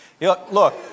Look